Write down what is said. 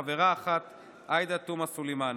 חברה אחד: עאידה תומא סלימאן.